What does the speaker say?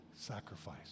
sacrifice